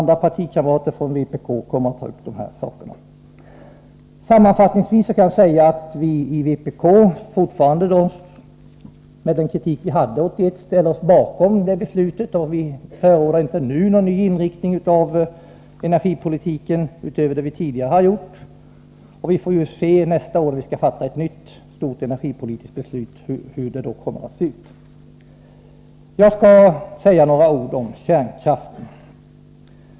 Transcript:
Några partikamrater från vpk kommer senare i debatten att beröra dessa saker. Sammanfattningsvis kan jag säga att vi i vpk fortfarande — dock är vi lika kritiska som vi var 1981 — ställer oss bakom det aktuella beslutet. Vi förordar inte nu någon ny inriktning av energipolitiken, utöver vad vi tidigare förordat. Vi får avvakta nästa års stora energipolitiska beslut. Så några ord om kärnkraften.